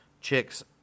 chicks